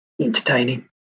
entertaining